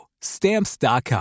Stamps.com